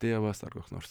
tėvas ar koks nors